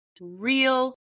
real